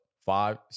Five